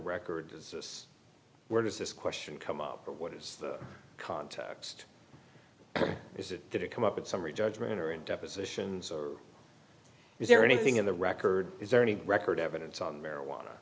records is this where does this question come up or what is the context is it did it come up in summary judgment or in depositions or is there anything in the record is there any record evidence on marijuana